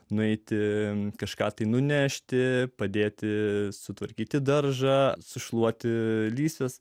nueiti kažką nunešti padėti sutvarkyti daržą sušluoti lysves